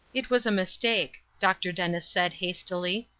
it was a mistake, dr. dennis said, hastily.